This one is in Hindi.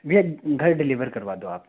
भईया घर डिलीवर करवा दो आप